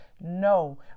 No